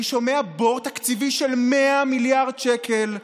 אני שומע "בור תקציבי של 100 מיליארד שקל,